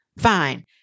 Fine